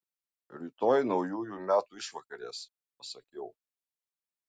rytoj naujųjų metų išvakarės pasakiau